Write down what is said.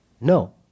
No